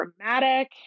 dramatic